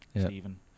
Stephen